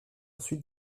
ensuite